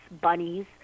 bunnies